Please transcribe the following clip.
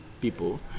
people